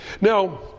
Now